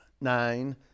nine